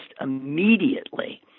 immediately